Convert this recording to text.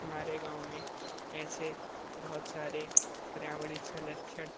हमारे गाँव में ऐसे बहुत सारे पर्यावरण संरक्षण